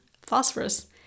phosphorus